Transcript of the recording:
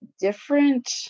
different